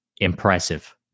Impressive